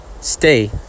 stay